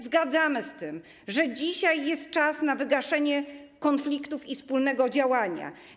Zgadzamy się z tym, że dzisiaj jest czas na wygaszenie konfliktów i wspólne działanie.